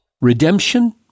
Redemption